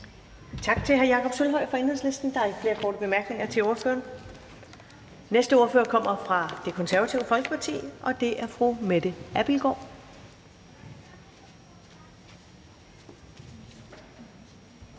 Tak til hr. Jakob Sølvhøj fra Enhedslisten. Der er ikke flere korte bemærkninger til ordføreren. Den næste ordfører kommer fra Det Konservative Folkeparti, og det er fru Mette Abildgaard.